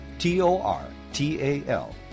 T-O-R-T-A-L